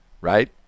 right